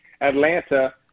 Atlanta